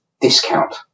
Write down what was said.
discount